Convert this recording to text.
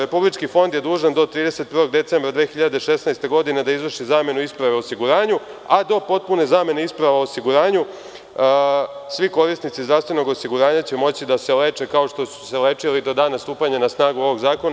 Republički fond je dužan da do 31. decembra 2016. godine izvrši zamenu isprave o osiguranju, a do potpune zamene isprava o osiguranju svi korisnici zdravstvenog osiguranja će moći da se leče kao što su se lečili do dana stupanja na snagu ovog zakona.